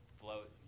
float